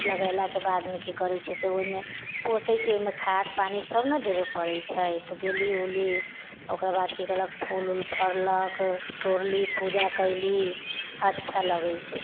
लगैलाके बादमे कि करैत छी से ओहिमे पोसै छी ओहिमे खाद्य पानि सभ नहि देबे पड़ैत छै तऽ देली ओली ओकरा बाद कि कहलक फूल ओल फड़लक तोड़ली पूजा कैली अच्छा लगैत छै